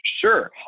Sure